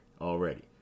already